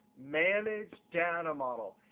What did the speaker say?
manage data model,